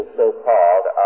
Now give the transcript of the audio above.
so-called